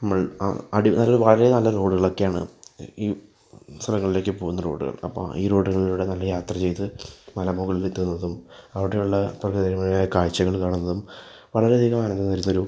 നമ്മൾ ആ ആട് നല്ല വളരെ നല്ല റോഡുകൾ ഒക്കെയാണ് ഈ സ്ഥലങ്ങളിലേക്ക് പോവുന്ന റോഡുകൾ അപ്പോൾ ഈ റോഡുകളിലൂടെ നല്ല യാത്ര ചെയ്ത് മല മുകളിലിലെത്തുന്നതും അവിടെ ഉള്ള പ്രകൃതി രമണീയമായ കാഴ്ചകൾ കാണുന്നതും വളരെ അധികം ആനന്ദം തരുന്ന ഒരു